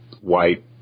white